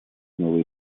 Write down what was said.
новой